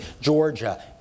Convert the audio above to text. Georgia